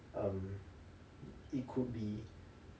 um it could be